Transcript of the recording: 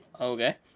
Okay